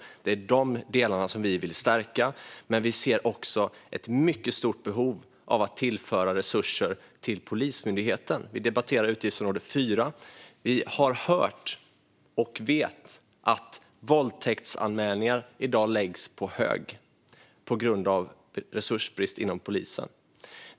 Det är de delarna som vi vill stärka, men vi ser också ett mycket stort behov av att tillföra resurser till Polismyndigheten. Vi debatterar utgiftsområde 4. Vi har hört och vet att våldtäktsanmälningar i dag läggs på hög på grund av resursbrist inom polisen.